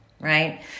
right